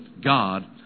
God